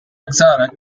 exotic